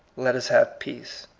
let tis have peace.